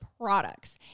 products